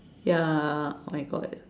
ya my god